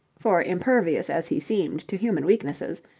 for, impervious as he seemed to human weaknesses,